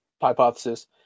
hypothesis